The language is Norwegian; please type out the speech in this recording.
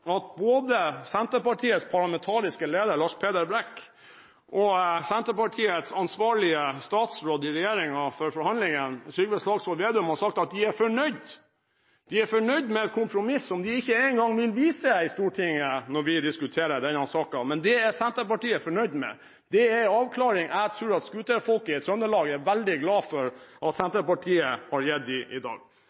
at både Senterpartiets parlamentariske leder, Lars Peder Brekk, og Senterpartiets ansvarlige statsråd i regjeringen for forhandlingene, Trygve Slagsvold Vedum, har sagt at de er fornøyd – de er fornøyd med et kompromiss som de ikke engang vil vise i Stortinget når vi diskuterer denne saken. Men det er Senterpartiet fornøyd med. Det er en avklaring jeg tror at scooterfolket i Trøndelag er veldig glad for at Senterpartiet har gitt dem i dag.